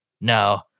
no